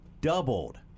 doubled